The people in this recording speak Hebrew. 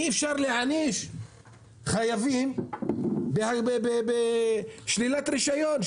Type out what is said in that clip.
אי אפשר להעניש חייבים בשלילת רישיון,